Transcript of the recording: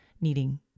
needing